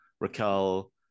Raquel